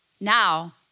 Now